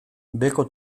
beheko